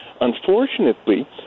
unfortunately